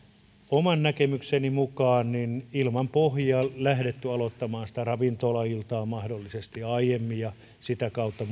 oman näkemykseni mukaan ilman pohjia lähteneet aloittamaan sitä ravintolailtaa mahdollisesti jo aiemmin ja sitä kautta